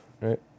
right